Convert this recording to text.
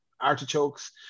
artichokes